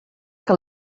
que